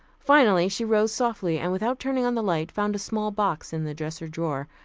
finally she rose softly, and without turning on the light, found a small box in the dresser drawer,